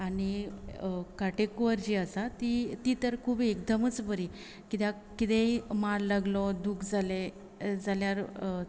आनी काटेकुवर जी आसा ती ती तर खूब एकदमच बरी किद्याक किदें मार लागलो दूख जाले जाल्यार